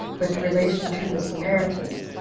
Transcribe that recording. with relation to the samaritans,